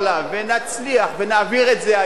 ונצליח ונעביר את זה היום,